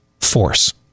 force